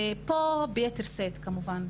ופה ביתר שאת כמובן.